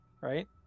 right